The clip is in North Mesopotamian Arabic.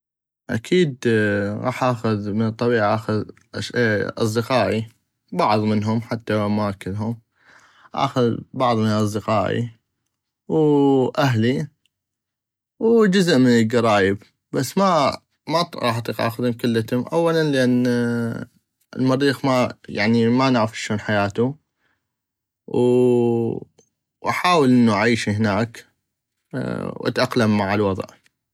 اكيد غاح اخذ من الطبيعة غاح اخذ اصدقائي بعض منهم حتى لوماكلهم اخذ بعض من اصدقائي واهلي وجزء من الكرايب بس ما غاح اطيق اخذم كلتم اولا لان المريخ يعني ما نعغف اشون حياتو واحاول انو اعيش هناك واتاقلم مع الوضع.